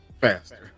faster